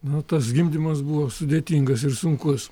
nu tas gimdymas buvo sudėtingas ir sunkus